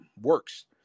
works